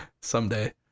someday